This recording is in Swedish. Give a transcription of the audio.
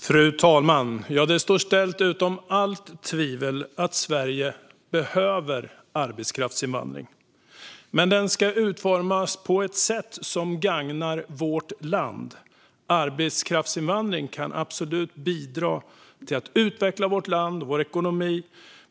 Fru talman! Det står ställt utom allt tvivel att Sverige behöver arbetskraftsinvandring. Men den ska utformas på ett sätt som gagnar vårt land. Arbetskraftsinvandring kan absolut bidra till att utveckla vårt land och vår ekonomi.